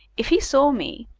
if he saw me,